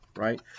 Right